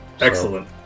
Excellent